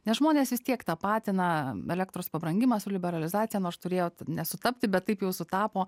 nes žmonės vis tiek tapatina elektros pabrangimą su liberalizacija nors turėjot nesutapti bet taip jau sutapo